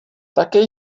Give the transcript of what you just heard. také